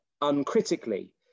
uncritically